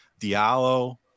Diallo